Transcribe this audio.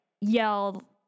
yell